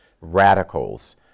radicals